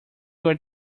work